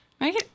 Right